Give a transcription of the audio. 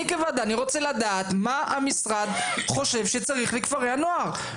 אני כוועדה רוצה לדעת מה המשרד חושב שצריך לכפרי הנוער.